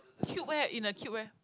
cube eh in a cube eh